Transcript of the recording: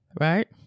right